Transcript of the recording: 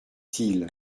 tille